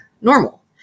normal